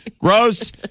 Gross